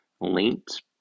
linked